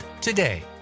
today